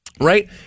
Right